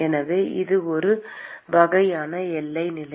எனவே இது ஒரு வகையான எல்லை நிலை